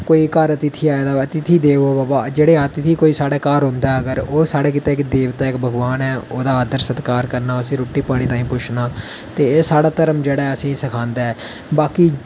कोई घर अतिथि आए दा होऐ अतिथि देवो भवः जेह्ड़े अतिथि कोई साढ़े घर औंदा ऐ अगर ओह् साढ़े गितै इक देवता ऐ इक भगोआन ऐ ओह्दा आदर सत्कार करना उसी रुट्टी पानी ताईं पुच्छना ते एह् साढ़ा धर्म जेह्ड़ा असेंगी सखांदा ऐ बाकी